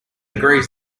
agrees